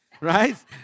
Right